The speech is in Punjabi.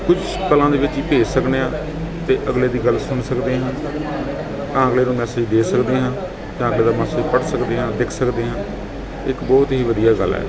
ਕੁਝ ਪਲਾਂ ਦੇ ਵਿੱਚ ਹੀ ਭੇਜ ਸਕਦੇ ਹਾਂ ਅਤੇ ਅਗਲੇ ਦੀ ਗੱਲ ਸੁਣ ਸਕਦੇ ਹਾਂ ਤਾਂ ਅਗਲੇ ਨੂੰ ਮੈਸੇਜ ਦੇ ਸਕਦੇ ਹਾਂ ਜਾਂ ਅਗਲੇ ਦਾ ਮੈਸੇਜ ਪੜ੍ਹ ਸਕਦੇ ਹਾਂ ਲਿਖ ਸਕਦੇ ਹਾਂ ਇੱਕ ਬਹੁਤ ਹੀ ਵਧੀਆ ਗੱਲ ਹੈ